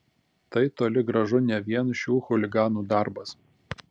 tai toli gražu ne vien šių chuliganų darbas